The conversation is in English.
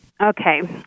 Okay